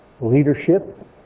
leadership